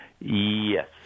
Yes